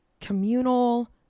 communal